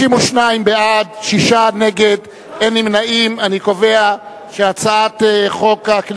כי בעניינים אלה אתה ואני מסכימים בכל מה שקשור לנושא האינטלקטואלי.